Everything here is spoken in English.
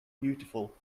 beautiful